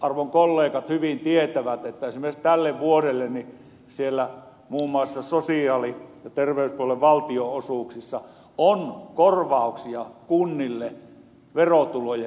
arvon kollegat hyvin tietävät että esimerkiksi tälle vuodelle muun muassa sosiaali ja terveyspuolen valtionosuuksissa on korvauksia kunnille verotulojen menetyksistä